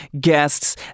guests